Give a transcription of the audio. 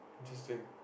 interesting